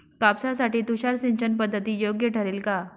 कापसासाठी तुषार सिंचनपद्धती योग्य ठरेल का?